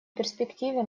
перспективе